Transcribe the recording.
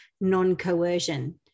non-coercion